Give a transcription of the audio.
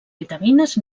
vitamines